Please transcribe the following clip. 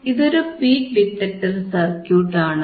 ഇതൊരു peak detector circuit ആണ്